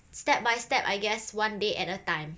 step by step I guess one day at a time